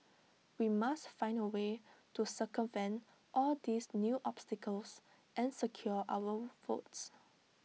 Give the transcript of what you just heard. we must find A way to circumvent all these new obstacles and secure our votes